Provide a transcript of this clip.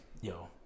Yo